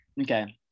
Okay